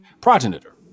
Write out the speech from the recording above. progenitor